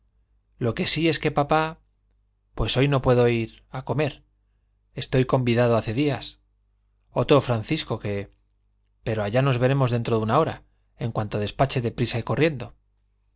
lo que digo es que papá pues hoy no puedo ir a comer estoy convidado hace días otro francisco que pero allá nos veremos dentro de una hora en cuanto despache de prisa y corriendo